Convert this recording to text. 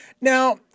Now